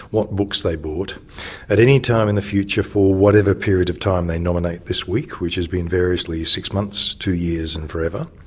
what books they bought at any time in the future for whatever period of time they nominate this week, which has been variously six months, two years and forever.